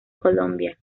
colombia